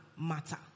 matter